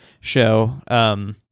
show